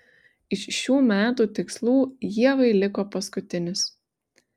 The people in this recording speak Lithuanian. iš šių metų tikslų ievai liko paskutinis